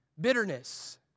Bitterness